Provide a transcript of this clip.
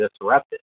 disrupted